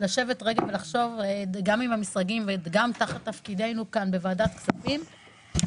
לשבת רגע ולחשוב גם תחת תפקידנו כאן בוועדת כספים,